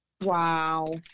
Wow